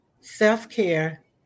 self-care